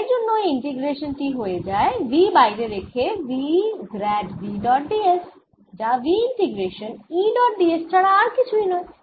তাই জন্য এই ইন্টিগ্রেশান টি হয়ে যায় V বাইরে রেখে গ্র্যাড V ডট ds যা V integration E dot ds ছাড়া আর কিছুই নয়